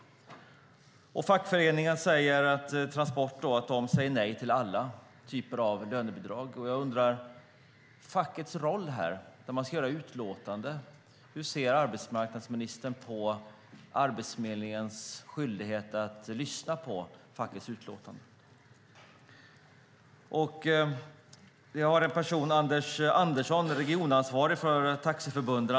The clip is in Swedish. Fackföreningen, Transport, säger att de säger nej till alla typer av lönebidrag. Jag undrar över fackets roll, när de ska göra utlåtanden. Hur ser arbetsmarknadsministern på Arbetsförmedlingens skyldighet att lyssna på fackets utlåtanden? Vi har en person som heter Anders Andersson, som är regionansvarig på Taxiförbundet.